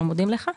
אנחנו מודים לך.